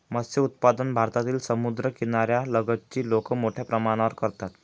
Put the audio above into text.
मत्स्य उत्पादन भारतातील समुद्रकिनाऱ्या लगतची लोक मोठ्या प्रमाणात करतात